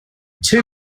two